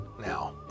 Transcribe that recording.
now